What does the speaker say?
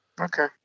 Okay